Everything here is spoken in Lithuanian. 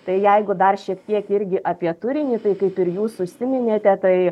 tai jeigu dar šiek tiek irgi apie turinį tai kaip ir jūs užsiminėte tai